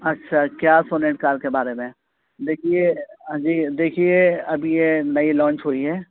اچھا کیا Sonet car کے بارے میں دیکھیے اجی دیکھیے اب یہ نئی لانچ ہوئی ہے